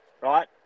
right